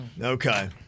Okay